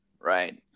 Right